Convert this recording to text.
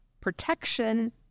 protection